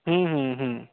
हूँ हूँ हूँ